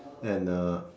and uh